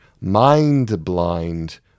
mind-blind